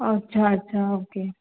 अच्छा अच्छा ओके